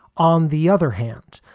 on the other hand,